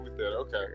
okay